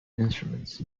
instruments